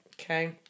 Okay